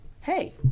hey